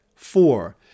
Four